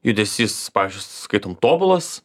judesys pavyzdžiui skaitom tobulas